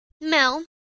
Mel